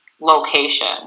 location